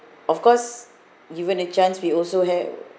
of course given a chance we also have